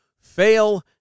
fail